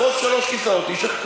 פרוס שלושה כיסאות ותישן.